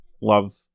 love